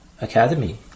academy